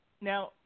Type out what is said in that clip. Now